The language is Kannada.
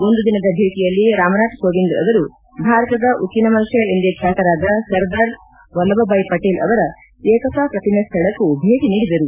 ಒಂದು ದಿನದ ಭೇಟಿಯಲ್ಲಿ ರಾಮನಾಥ್ ಕೋವಿಂದ್ ಅವರು ಭಾರತದ ಉಕ್ಕಿನ ಮನುಷ್ಕ ಎಂದೇ ಖ್ಯಾತರಾದ ಸರ್ದಾರ್ ಪಟೇಲ್ ಅವರ ಏಕತಾ ಪ್ರತಿಮೆ ಸ್ಥಳಕ್ಕೂ ಭೇಟಿ ನೀಡಿದರು